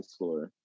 schooler